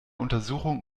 untersuchung